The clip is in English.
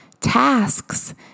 tasks